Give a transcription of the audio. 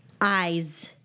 eyes